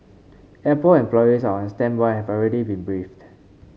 apple employees are on standby and have already been briefed